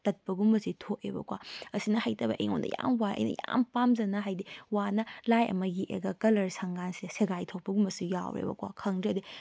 ꯇꯠꯄꯒꯨꯝꯕꯁꯤ ꯊꯣꯛꯑꯦꯕꯀꯣ ꯑꯁꯤꯅ ꯍꯩꯇꯕꯒꯤ ꯑꯩꯉꯣꯟꯗ ꯌꯥꯝ ꯋꯥꯏ ꯑꯩꯅ ꯌꯥꯝ ꯄꯥꯝꯖꯅ ꯍꯥꯏꯕꯗꯤ ꯋꯥꯅ ꯂꯥꯏ ꯑꯃ ꯌꯦꯛꯑꯒ ꯀꯂꯔ ꯁꯪꯕꯀꯥꯟꯁꯦ ꯁꯦꯒꯥꯏꯊꯣꯛꯄꯒꯨꯝꯕꯁꯨ ꯌꯥꯎꯔꯦꯕꯀꯣ ꯈꯪꯗ꯭ꯔꯦꯗꯤ